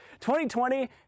2020